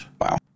Wow